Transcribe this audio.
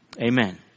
Amen